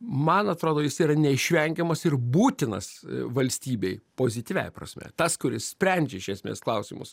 man atrodo jisai yra neišvengiamas ir būtinas valstybei pozityviąja prasme tas kuris sprendžia iš esmės klausimus